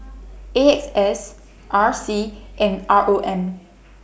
A X S R C and R O M